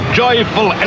joyful